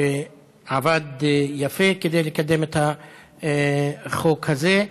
שעבד יפה כדי לקדם את החוק הזה,